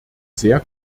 sehr